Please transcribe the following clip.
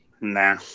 Nah